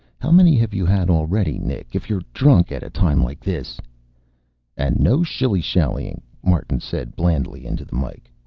how many have you had already? nick, if you're drunk at a time like this and no shilly-shallying, martin said blandly into the mike.